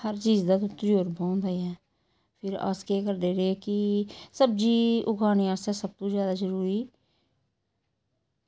हर चीज़ दा बी तजुर्बा होंदा ऐ फिर अस केह् करदे रेह् कि सब्ज़ी उगाने आस्तै सब तू ज्यादा जरूरी